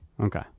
Okay